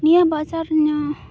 ᱱᱤᱭᱟᱹ ᱵᱟᱡᱟᱨ ᱤᱧᱟᱹᱜ